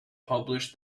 published